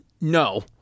no